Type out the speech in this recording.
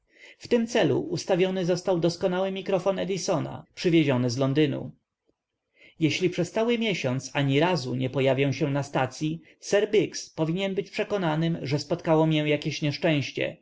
tym celu ustawiony został doskonały mikrofon edisona przywieziony z londynu jeśli przez cały miesiąc ani razu nie pojawię się na stacyi sir biggs powinien być przekonanym że spotkało mię jakieś nieszczęście